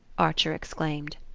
archer exclaimed.